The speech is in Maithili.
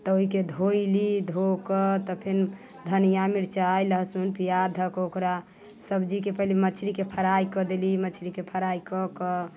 तऽ ओहिके धोयली धो कऽ तऽ फेर धनियाँ मिर्चाइ लहसुन प्याज धऽ कऽ ओकरा सब्जीके पहिने मछलीके फ्राइ कऽ देली मछलीके फ्राइ कऽ कऽ